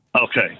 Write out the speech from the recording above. Okay